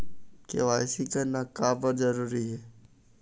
KYC करना का बर जरूरी हे?